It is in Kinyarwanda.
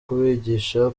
kubigisha